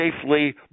safely